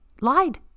lied